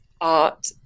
art